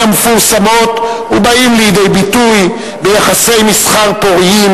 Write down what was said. המפורסמות ובאים לידי ביטוי ביחסים מסחר פוריים,